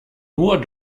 nur